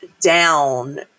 down